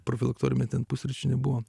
parvilkti parmetė ant pusryčių nebuvo